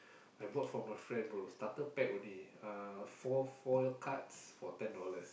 I brought from a friend bro starter pack only uh four foil cards for ten dollars